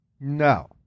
No